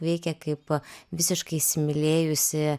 veikė kaip visiškai įsimylėjusi